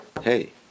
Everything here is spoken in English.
Hey